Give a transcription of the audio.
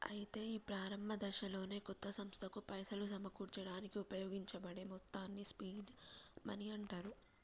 అయితే ఈ ప్రారంభ దశలోనే కొత్త సంస్థలకు పైసలు సమకూర్చడానికి ఉపయోగించబడే మొత్తాన్ని సీడ్ మనీ అంటారు